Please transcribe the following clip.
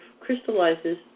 crystallizes